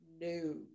No